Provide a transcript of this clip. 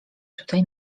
tutaj